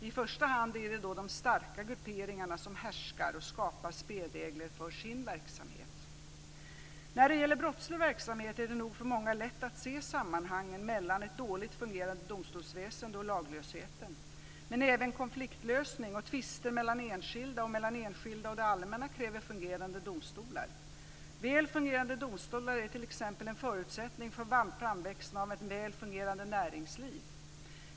I första hand blir det då de starka grupperingarna som härskar och skapar spelregler för sin verksamhet. När det gäller brottslig verksamhet är det nog lätt för många att se sammanhangen mellan ett dåligt fungerade domstolsväsende och laglösheten. Men även konfliktlösning och tvister mellan enskilda och mellan enskilda och det allmänna kräver fungerande domstolar. Väl fungerande domstolar är t.ex. en förutsättning för framväxten av ett väl fungerande näringsliv.